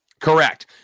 Correct